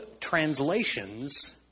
translations